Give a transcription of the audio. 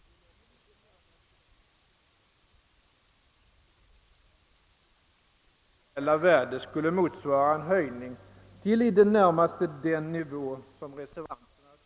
Redan ambitionen att behålla bidragets reella värde skulle medföra en höjning till i det närmaste den nivå som vi reservanter. föreslår.